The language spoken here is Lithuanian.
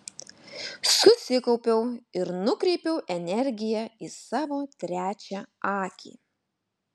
susikaupiau ir nukreipiau energiją į savo trečią akį